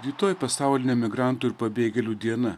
rytoj pasaulinė migrantų ir pabėgėlių diena